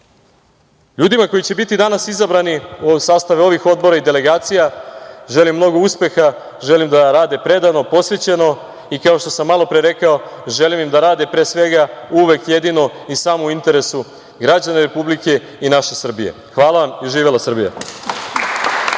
zemlji. Ljudima koji će biti danas izabrani u sastave ovih odbora i delegacija želim mnogo uspeha, želim da rade predano, posvećeno i kao što sam malopre rekao, želim im da rade pre svega uvek, jedino i samo u interesu građana Republike i naše Srbije. Hvala vam. Živela Srbija.